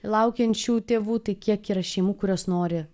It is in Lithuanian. laukiančių tėvų tai kiek yra šeimų kurios nori